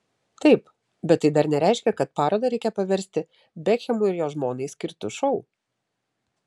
taip bet tai dar nereiškia kad parodą reikia paversti bekhemui ir jo žmonai skirtu šou